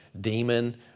demon